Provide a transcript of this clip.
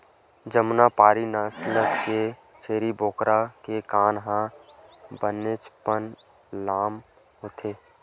जमुनापारी नसल के छेरी बोकरा के कान ह बनेचपन लाम होथे